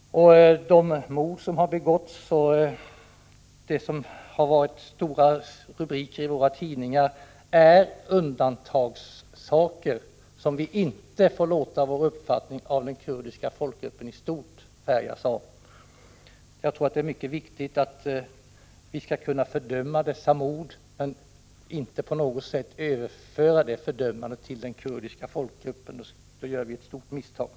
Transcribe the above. De mord som har begåtts och som har lett till stora rubriker i våra tidningar är undantagshändelser, som vi inte får låta vår uppfattning om den kurdiska folkgruppen istort färgas av. Jag anser att det är mycket viktigt att vi kan fördöma dessa mord utan att på något sätt överföra det fördömandet till den kurdiska folkgruppen. Något annat vore ett stort misstag.